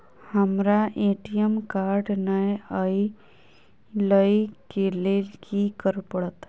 हमरा ATM card नै अई लई केँ लेल की करऽ पड़त?